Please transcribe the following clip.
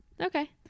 Okay